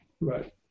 Right